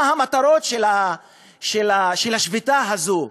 מה המטרות של השביתה הזאת?